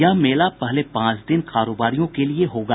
यह मेला पहले पांच दिन कारोबारियों के लिए होगा